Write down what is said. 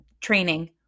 training